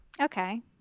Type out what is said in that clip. Okay